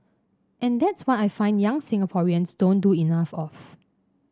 and that's what I find young Singaporeans don't do enough of